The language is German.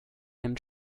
nimmt